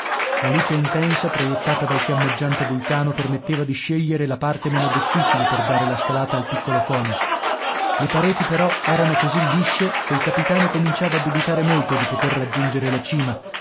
la luce intensa proiettata dal fiammeggiante vulcano permetteva di scegliere la parte meno difficile per dare la scalata al piccolo cono le pareti però erano così lisce che il capitano cominciava a dubitare molto di poter raggiungere la cima